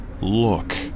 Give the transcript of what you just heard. Look